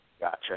Gotcha